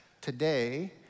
today